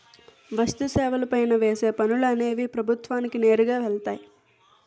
వస్తు సేవల పైన వేసే పనులు అనేవి ప్రభుత్వానికి నేరుగా వెళ్తాయి